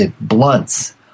blunts